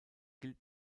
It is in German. gilt